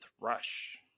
Rush